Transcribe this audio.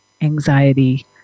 anxiety